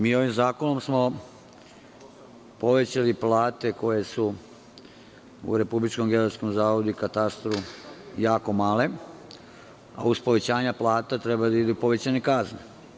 Mi smo ovim zakonom povećali plate koje su u Republičkom geodetskom zavodu i katastru jako male, a uz povećanje plata treba i da ide povećanje kazne.